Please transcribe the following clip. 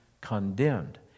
condemned